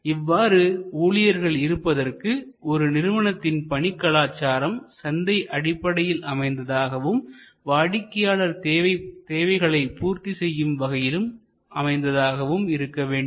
இவ்வாறு ஊழியர்கள் இருப்பதற்கு ஒரு நிறுவனத்தின் பணி கலாச்சாரம் சந்தை அடிப்படையில் அமைந்ததாகவும் வாடிக்கையாளர் தேவையைப் பூர்த்தி செய்யும் வகையில் அமைந்ததாகவும் இருக்க வேண்டும்